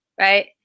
right